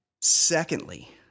Secondly